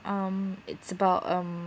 um it's about um